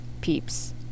peeps